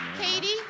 Katie